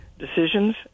decisions